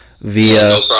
via